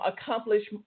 accomplish